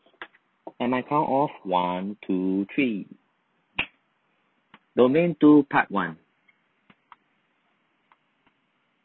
and my count of one two three domain two part one